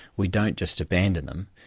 we don't just abandon them,